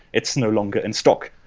it's no longer in stock.